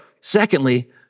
secondly